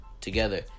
together